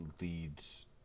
leads